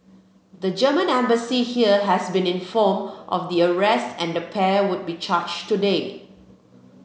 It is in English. the Germany Embassy here has been informed of the arrests and the pair would be charged today